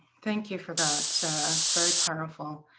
thank you for that. it's very powerful,